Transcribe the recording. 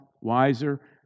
wiser